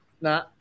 Nah